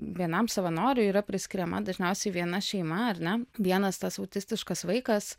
vienam savanoriui yra priskiriama dažniausiai viena šeima ar ne vienas tas autistiškas vaikas